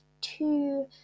two